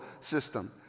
system